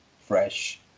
fresh